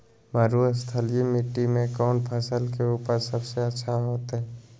मरुस्थलीय मिट्टी मैं कौन फसल के उपज सबसे अच्छा होतय?